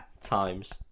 times